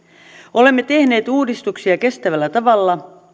olemme tehneet uudistuksia kestävällä tavalla